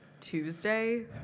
Tuesday